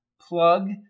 Plug